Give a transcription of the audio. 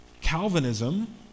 Calvinism